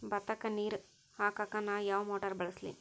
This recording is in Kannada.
ಭತ್ತಕ್ಕ ನೇರ ಹಾಕಾಕ್ ನಾ ಯಾವ್ ಮೋಟರ್ ಬಳಸ್ಲಿ?